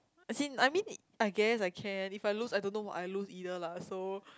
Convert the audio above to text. as in I mean I guess I can if I lose I don't know what I lose either lah so